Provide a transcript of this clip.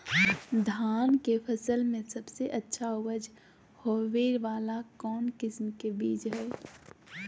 धान के फसल में सबसे अच्छा उपज होबे वाला कौन किस्म के बीज हय?